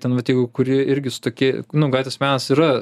ten vat jeigu kuri irgi su toki nu gatvės menas yra